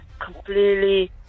completely